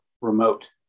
remote